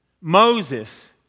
Moses